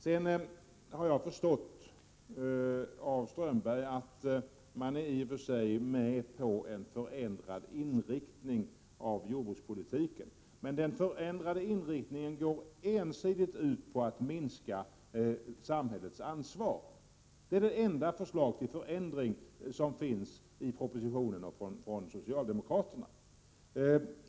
Jag har förstått av Strömberg att man i och för sig går med på att förändra inriktningen av jordbrukspolitiken. Men den förändrade inriktningen går ensidigt ut på att minska samhällets ansvar. Detta är det enda förslag till förändring som finns i propositionen och från socialdemokraterna.